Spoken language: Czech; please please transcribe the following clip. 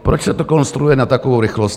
Proč se to konstruuje na takovou rychlost?